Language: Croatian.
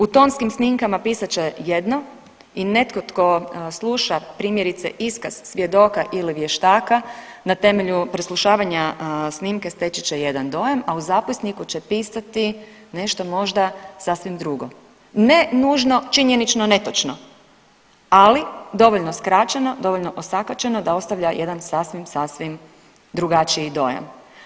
U tonskim snimkama pisat će jedno i netko tko sluša primjerice iskaz svjedoka ili vještaka na temelju preslušavanja snimke steći će jedan dojam, a u zapisniku će pisati nešto možda sasvim drugo, ne nužno činjenično netočno, ali dovoljno skraćeno, dovoljno osakaćeno da ostavlja jedan sasvim, sasvim drugačiji dojam.